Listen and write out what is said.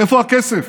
איפה הכסף?